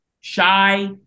shy